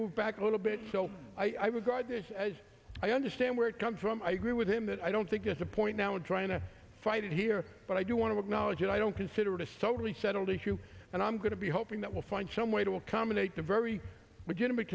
move back a little bit so i would guide this as i understand where it comes from i agree with him that i don't think there's a point now in trying to fight it here but i do want to acknowledge that i don't consider it a solely settled issue and i'm going to be hoping that we'll find some way to accommodate the very legitimate